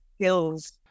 skills